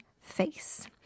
face